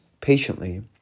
patiently